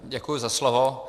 Děkuji za slovo.